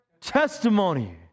Testimony